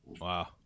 Wow